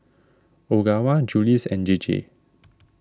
Ogawa Julie's and J J